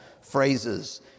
phrases